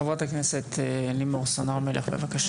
חברת הכנסת לימור סון הר מלך, בבקשה.